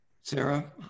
Sarah